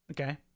Okay